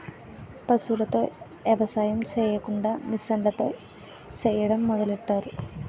పశువులతో ఎవసాయం సెయ్యకుండా మిసన్లతో సెయ్యడం మొదలెట్టారు